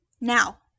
Now